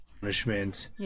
punishment